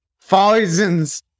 thousands